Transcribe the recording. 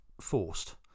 forced